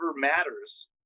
matters